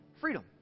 Freedom